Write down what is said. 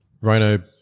rhino